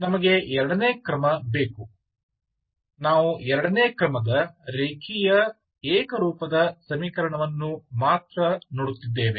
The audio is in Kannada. ನಮಗೆ ಎರಡನೇ ಕ್ರಮ ಬೇಕು ನಾವು ಎರಡನೇ ಕ್ರಮದ ರೇಖೀಯ ಏಕರೂಪದ ಸಮೀಕರಣವನ್ನು ಮಾತ್ರ ನೋಡುತ್ತಿದ್ದೇವೆ